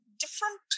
different